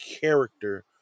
character